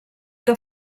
que